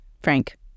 Frank